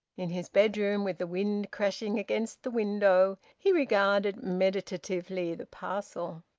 in his bedroom, with the wind crashing against the window, he regarded meditatively the parcel.